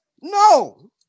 No